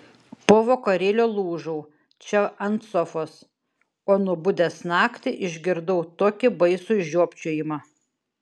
po vakarėlio lūžau čia ant sofos o nubudęs naktį išgirdau tokį baisų žiopčiojimą